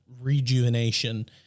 rejuvenation